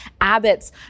Abbott's